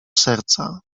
serca